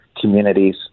communities